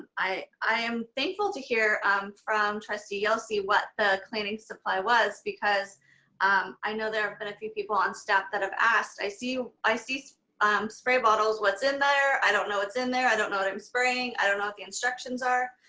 i i am thankful to hear from trustee yelsey what the cleaning supply was, because um i know there've been a few people on staff that have asked. i see i see so um spray bottles. what's in there? i don't know what's in there. i don't know what i'm spraying. i don't know what the instructions are.